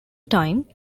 time